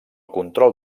control